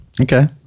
Okay